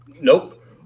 Nope